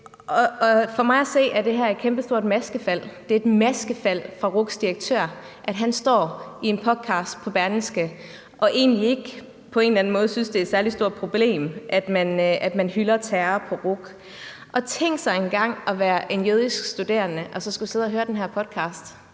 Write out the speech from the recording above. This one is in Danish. For mig at se er det her et kæmpestort maskefald. Det er et maskefald for RUC's direktør, at han står i en podcast hos Berlingske og giver udtryk for, at han egentlig ikke på en eller anden måde synes, det er et særlig stort problem, at man på RUC hylder terror. Tænk sig engang at være en jødisk studerende og så skulle sidde og høre den her podcast